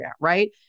right